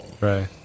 Right